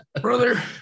brother